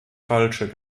falsche